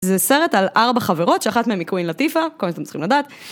זה סרט על ארבע חברות שאחת מהן היא קווין לטיפה, כל מה שאתם צריכים לדעת.